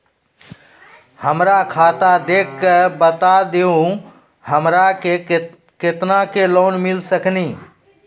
हमरा खाता देख के बता देहु हमरा के केतना के लोन मिल सकनी?